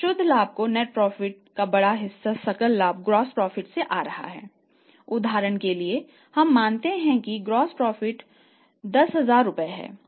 शुद्ध लाभ करके उन्हें एक और 1000 रूपए